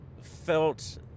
felt